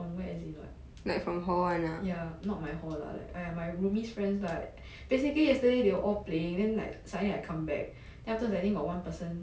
from where as in what ya not my hall lah like !aiya! my roomie's friends lah basically yesterday they were all playing then like suddenly I come back then afterwards I think got one person